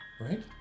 right